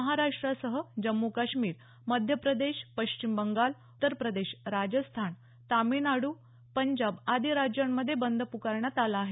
महाराष्ट्रासह जम्मू काश्मीर मध्य प्रदेश पश्चिम बंगाल उत्तर प्रदेश राजस्थान तामिळनाड्र पंजाब आदी राज्यांमध्ये बंद प्रकारण्यात आला आहे